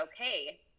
okay